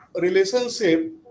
relationship